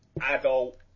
adult